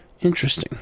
Interesting